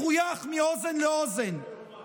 מחויך מאוזן לאוזן, לא ייאמן.